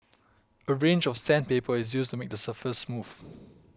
a range of sandpaper is used to make the surface smooth